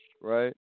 right